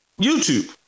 YouTube